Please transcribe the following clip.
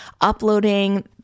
uploading